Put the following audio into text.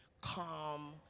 Calm